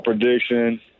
prediction